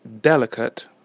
delicate